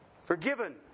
forgiven